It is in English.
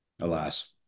alas